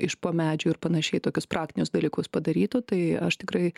iš po medžių ir panašiai tokius praktinius dalykus padarytų tai aš tikrai